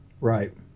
Right